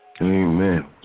Amen